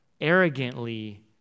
arrogantly